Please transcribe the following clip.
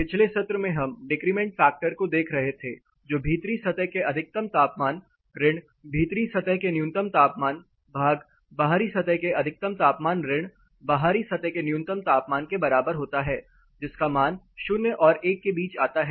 पिछले सत्र में हम डिक्रिमेंट फैक्टर को देख रहे थे जो भीतरी सतह के अधिकतम तापमान ऋण भीतरी सतह के न्यूनतम तापमान भाग बाहरी सतह के अधिकतम तापमान ऋण बाहरी सतह के न्यूनतम तापमान के बराबर होता है जिसका मान 0 और 1 के बीच आता है